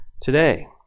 today